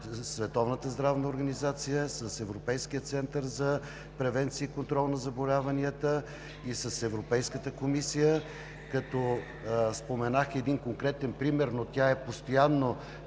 Световната здравна организация, с Европейския център за превенция и контрол на заболяванията и с Европейската комисия, като споменах един конкретен пример, но тя е постоянна